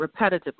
repetitively